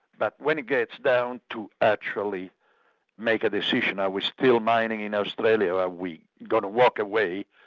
but when it gets down to actually make a decision are we still mining in australia, or are we going to walk away?